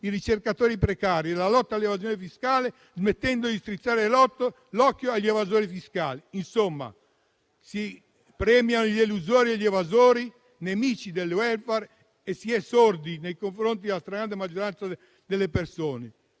i ricercatori precari e la lotta all'evasione fiscale, smettendo di strizzare l'occhio agli evasori. Insomma, si premiano gli elusori e gli evasori, nemici del *welfare*, e si è sordi nei confronti della stragrande maggioranza delle persone.